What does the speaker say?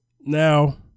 Now